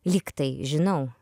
lyg tai žinau